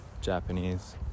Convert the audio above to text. Japanese